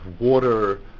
water